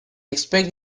expect